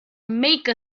make